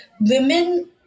women